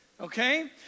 Okay